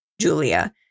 Julia